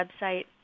website